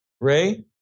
Ray